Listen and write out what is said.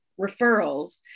referrals